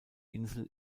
insel